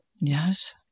Yes